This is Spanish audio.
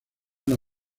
una